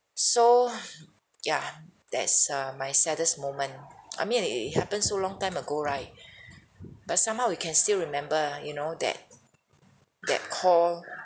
so yeah that's uh my saddest moment I mean it it it happened so long time ago right but somehow we can still remember you know that that call